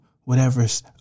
whatever's